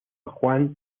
juan